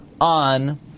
on